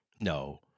No